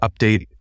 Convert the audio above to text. Update